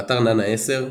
באתר nana10,